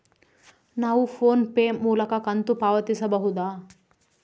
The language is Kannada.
ನಾವು ಫೋನ್ ಪೇ ಮೂಲಕ ಕಂತು ಪಾವತಿಸಬಹುದಾ?